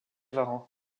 varan